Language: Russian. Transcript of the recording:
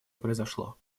произошло